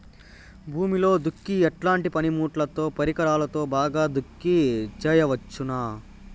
భూమిలో దుక్కి ఎట్లాంటి పనిముట్లుతో, పరికరాలతో బాగా దుక్కి చేయవచ్చున?